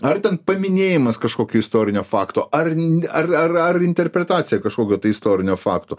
ar ten paminėjimas kažkokio istorinio fakto ar n ar ar ar interpretacija kažkokio tai istorinio fakto